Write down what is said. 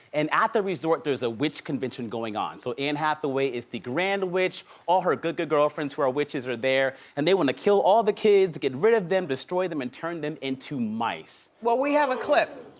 and at the resort, there's a witch convention going on. so, anne hathaway is the grand witch, all her good, good girlfriends who are witches are there and they wanna kill all the kids, get rid of them, destroy them, and turn them into mice. well, we have a clip.